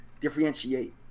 differentiate